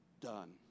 done